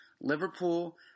Liverpool